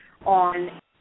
on